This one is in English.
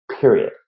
period